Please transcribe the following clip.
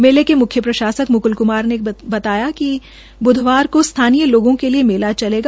मेले के मुख्य प्रशासक मुकुल कुमार के अनुसार बुधवार को स्थानीय लोगों के लिए मेला चलेगा